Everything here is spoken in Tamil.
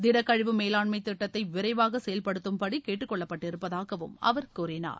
திடக்கழிவு மேலாண்மை திட்டத்தை விரைவாக செயல்படுத்தும்படி கேட்டுக்கொள்ளப்பட்டிருப்பதாகவும் அவர் கூறினார்